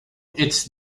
its